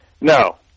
No